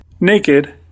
Naked